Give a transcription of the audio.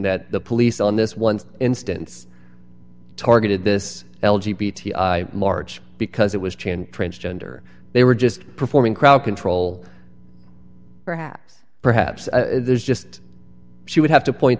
that the police on this one instance targeted this l g b t i march because it was chained transgender they were just performing crowd control perhaps perhaps there's just she would have to point